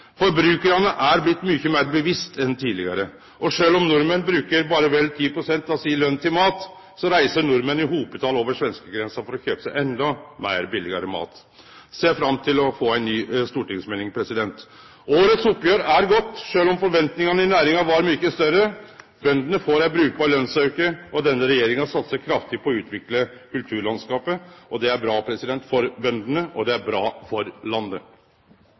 Forbrukarane er blitt mykje meir bevisste enn tidlegare. Og sjølv om nordmenn bruker berre vel 10 pst. av løna si til mat, reiser nordmenn i hopetal over svenskegrensa for å kjøpe seg endå billegare mat. Eg ser fram til å få ei ny stortingsmelding. Årets oppgjer er godt, sjølv om forventningane i næringa var mykje større. Bøndene får ein brukbar lønsauke, og denne regjeringa satsar kraftig på å utvikle kulturlandskapet. Det er bra for bøndene, og det er bra for landet.